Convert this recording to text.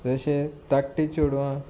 जशें धाकटीं चेडवां